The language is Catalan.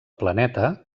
planeta